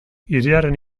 hiriaren